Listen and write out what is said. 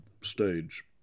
stage